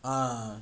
a